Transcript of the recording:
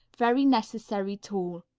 very necessary tool.